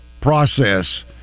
process